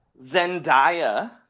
Zendaya